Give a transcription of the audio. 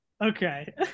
okay